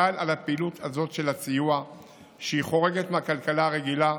אבל גם על הפעילות הזאת של הסיוע שחורגת מהכלכלה הרגילה.